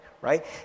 right